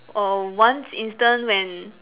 err once instance when